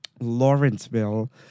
Lawrenceville